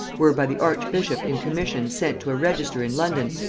were by the archbishop in commission sent to a register in london,